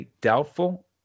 doubtful